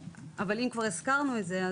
אבל אם כבר הזכרנו את זה,